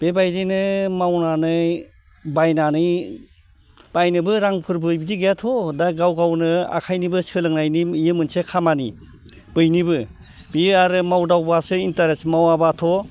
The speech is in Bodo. बेबायदिनो मावनानै बायनानै बायनोबो रांफोरबो बिदि गैयाथ' दा गाव गावनो आखाइनिबो सोलोंनायनि बेयो मोनसे खामानि बयनिबो बे आरो मावदावबासो इन्टारेस्ट मावाबाथ'